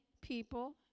people